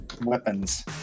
weapons